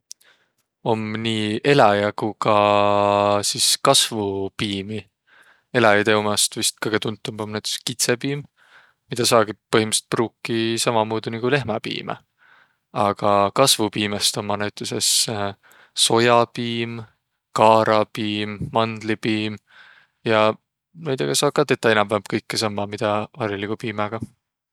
Om nii eläjä- ku ka sis kasvopiimi. Eläjide ummist vist kõgõ tuntumb om näütüses kitsõpiim, midä saagi põhimõttõlidsõlt pruukiq sammamuudu nigu lehmäpiimä. Aga kasvopiimost ummaq näütüses sojapim, kaarapiim, mandlipiim ja näidega saa ka tetäq inämb-vähämb kõkkõ, midä hariligu piimäga.